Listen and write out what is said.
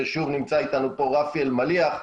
ושוב נמצא איתנו פה רמי אלמליח,